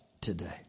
today